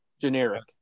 generic